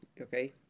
okay